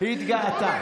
והתגאתה